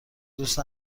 دوست